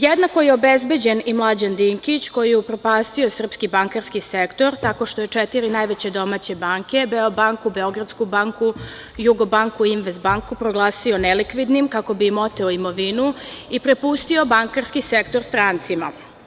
Jednako je obezbeđen i Mlađan Dinkić, koji je upropastio srpski bankarski sektor tako što je četiri domaće banke "Beobanku", "Beogradsku banku", "Jugobanku" i "Invest banku" proglasio nelikvidnim, kako bi im oteo imovinu i prepustio bankarski sektor strancima.